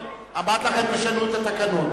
הממשלה נתקבלה.